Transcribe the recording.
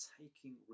taking